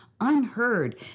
unheard